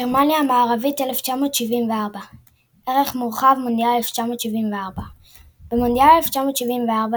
גרמניה המערבית 1974 ערך מורחב – מונדיאל 1974 במונדיאל 1974,